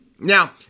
Now